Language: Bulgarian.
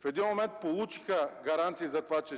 в един момент получиха гаранция за това, че